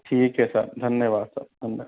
ठीक है साहब धन्यवाद साहब धन्यवाद